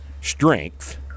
strength